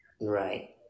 Right